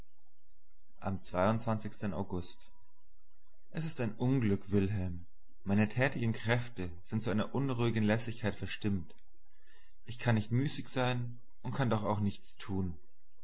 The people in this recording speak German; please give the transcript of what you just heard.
am august e ist ein unglück wilhelm meine tätigen kräfte sind zu einer unruhigen lässigkeit verstimmt ich kann nicht müßig sein und kann doch auch nichts tun